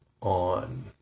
on